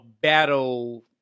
battle –